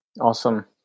Awesome